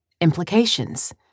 Implications